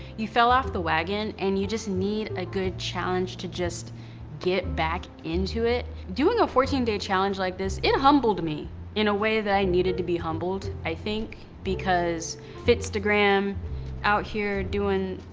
you fell off the wagon, and you just need a good challenge to just get back into it. doing a fourteen day challenge like this, it humbled me in a way that i needed to be humbled i think. because fitstagram out here doin',